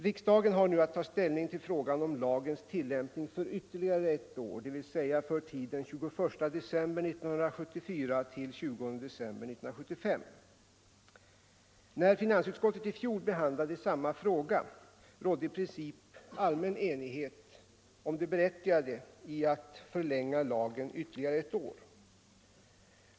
Riksdagen har nu att ta ställning till frågan om lagens tillämpning för ytterligare ett år, dvs. för tiden den 21 december 1974 — 20 december 1975. När finansutskottet i fjol behandlade samma fråga rådde i princip enighet om det berättigade i att förlänga lagen ytterligare ett år.